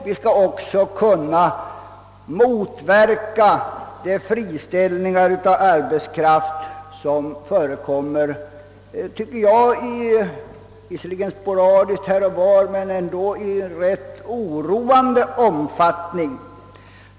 Vi skall också motverka de friställningar av arbetskraft som förekommer, visserligen sporadiskt här och var men ändå i ganska oroande omfattning.